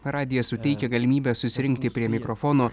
radijas suteikia galimybę susirinkti prie mikrofono